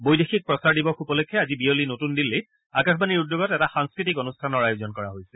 বৈদেশিক প্ৰচাৰ দিৱস উপলক্ষে আজি বিয়লি নতুন দিল্লীত আকাশবাণীৰ উদ্যোগত এটা সাংস্কৃতিক অনুষ্ঠানৰ আয়োজন কৰা হৈছে